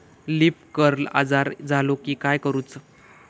Leaf curl आजार झालो की काय करूच?